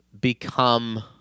become –